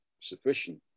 sufficient